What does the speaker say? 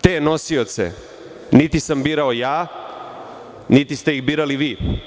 Te nosioce niti sam birao ja, niti ste ih birali vi.